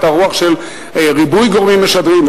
היתה רוח של ריבוי גורמים משדרים,